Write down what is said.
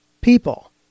people